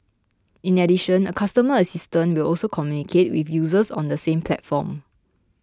in addition a customer assistant will also communicate with users on the same platform